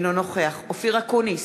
אינו נוכח אופיר אקוניס,